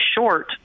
short